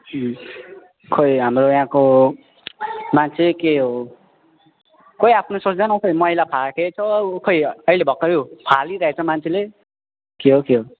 खोइ हाम्रो यहाँको मान्छे के हो कोई आफ्नो सोच्दैन खोइ मैला फ्याँकेछ ऊ खोइ अहिले भर्खरै ऊ फालिरहेछ मान्छेले के हो के हो